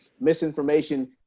misinformation